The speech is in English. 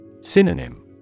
Synonym